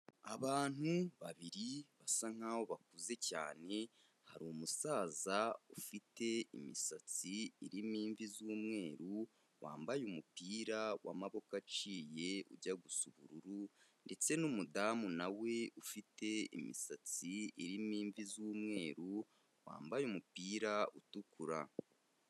Abantu babiri basa nk'aho bakuze cyane, hari umusaza ufite imisatsi irimo imvi z'umweru, wambaye umupira w'amaboko aciye ujya gusa ubururu ndetse n'umudamu nawe ufite imisatsi irimo imvi z'umweru, wambaye umupira utukura.